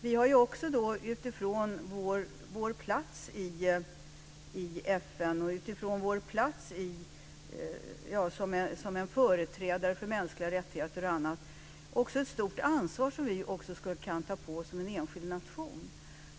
Vi har ju också utifrån vår plats i FN och som en företrädare för mänskliga rättigheter och annat också ett stort ansvar som vi kan ta på oss som en enskild nation.